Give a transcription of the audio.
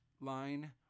line